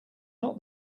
not